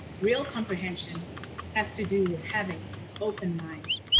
real comprehension has to do with having an open mind.